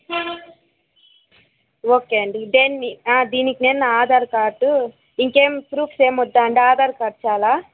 okay అండి దేన్ని దీనికి నేను ఆధార్ కార్డు ఇంకేం ప్రూఫ్స్ ఏం వద్దా అండి ఆధార్ కార్డు చాలా